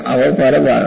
അവ പലതാകാം